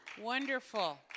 Wonderful